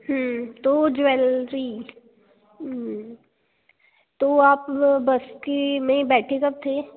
तो ज्वेलरी तो आप बस के में बैठे कब थे